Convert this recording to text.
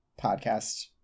podcast